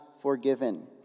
forgiven